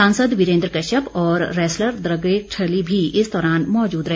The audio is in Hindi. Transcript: सांसद वीरेन्द्र कश्यप और रैसलर द ग्रेट खली भी इस दौरान मौजूद रहे